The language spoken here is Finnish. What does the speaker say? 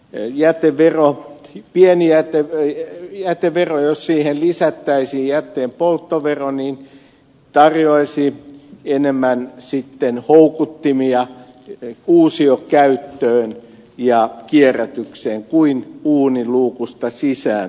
ei jääty viro ja ollen tämä jätevero jos siihen lisättäisiin jätteenpolttovero tarjoaisi enemmän houkuttimia uusiokäyttöön ja kierrätykseen kuin uuninluukusta sisään politiikka